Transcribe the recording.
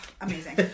amazing